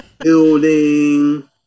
building